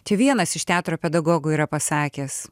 čia vienas iš teatro pedagogų yra pasakęs